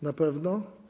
Na pewno?